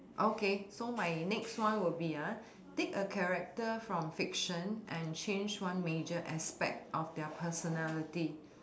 okay so my next one will be ah take a character from fiction and change one major aspect of their personality